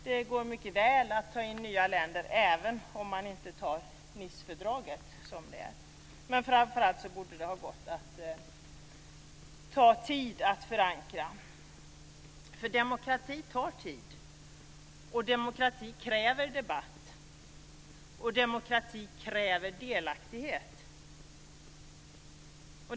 Det går mycket väl att ta in nya länder även om man inte antar Nicefördraget. Framför allt borde det ha gått att ta tid för att förankra det. Demokrati tar tid. Demokrati kräver debatt. Demokrati kräver delaktighet.